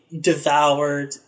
devoured